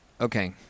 Okay